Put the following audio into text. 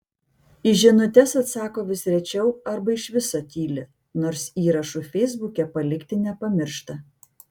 į žinutes atsako vis rečiau arba iš viso tyli nors įrašų feisbuke palikti nepamiršta